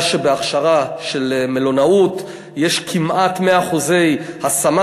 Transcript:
שבהכשרה של מלונאות יש כמעט 100% השמה.